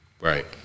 Right